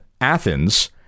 Athens